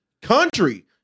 country